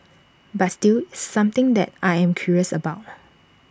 but still it's something that I am curious about